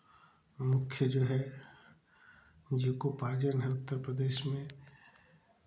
मुख्य जो है जीविकोपार्जन है उत्तर प्रदेश में